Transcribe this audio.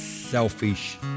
selfish